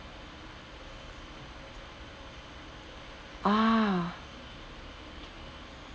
ah